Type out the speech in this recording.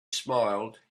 smiled